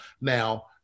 now